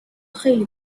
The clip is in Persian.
خیلی